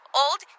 old